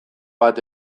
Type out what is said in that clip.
bat